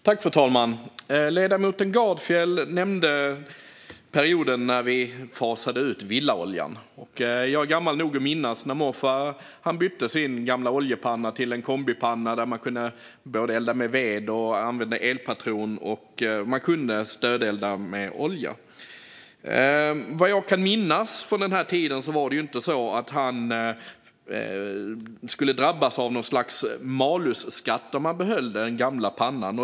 Fru talman! Ledamoten Gardfjell nämnde perioden när vi fasade ut villaoljan. Jag är gammal nog att minnas när morfar bytte sin gamla oljepanna mot en kombipanna. I den kunde man såväl elda med ved och använda elpatron som stödelda med olja. Vad jag kan minnas från den tiden skulle han inte ha drabbats av något slags malusskatt om han hade behållit den gamla pannan.